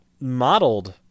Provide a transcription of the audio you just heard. modeled